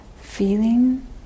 feeling